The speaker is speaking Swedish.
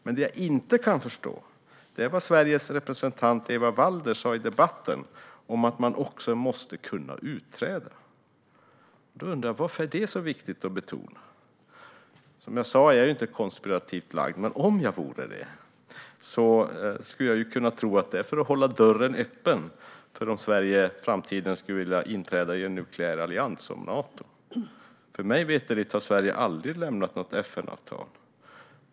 Men det jag inte kan förstå är vad Sveriges representant Eva Walder sa i debatten om att man också måste kunna utträda. Varför är detta viktigt att betona? Som jag sa är jag inte konspirativt lagd, men om jag vore det skulle jag kunna tro att detta sas för att hålla dörren öppen för om Sverige i framtiden skulle vilja inträda i en nukleär allians, såsom Nato. För mig veterligt har Sverige aldrig lämnat något FN-avtal.